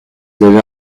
avez